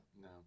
No